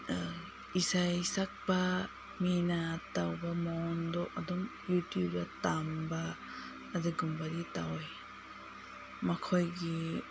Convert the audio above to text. ꯏꯁꯩ ꯁꯛꯄ ꯃꯤꯅ ꯇꯧꯕ ꯃꯑꯣꯡꯗꯣ ꯑꯗꯨꯝ ꯌꯨꯇꯨꯞꯇ ꯇꯝꯕ ꯑꯗꯨꯒꯨꯝꯕꯗꯤ ꯇꯧꯋꯦ ꯃꯈꯣꯏꯒꯤ